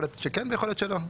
יכול להיות שכן ויכול להיות שלא.